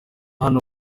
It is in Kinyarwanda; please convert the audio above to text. hano